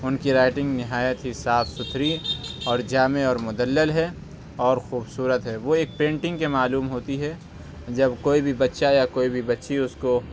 اُن کی رائٹنگ نہایت ہی صاف سُتھری اور جامع اور مدلل ہے اور خوبصورت ہے وہ ایک پینٹنگ کے معلوم ہوتی ہے جب کوئی بھی بچہ یا کوئی بھی بچی اُس کو